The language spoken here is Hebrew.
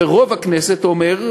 ורוב הכנסת אומר,